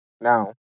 Now